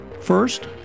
First